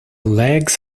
legs